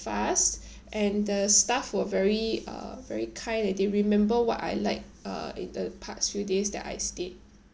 fast and the staff were very uh very kind that they remember what I like uh in the past few days that I stayed